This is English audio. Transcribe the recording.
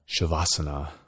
shavasana